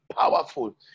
powerful